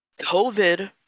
COVID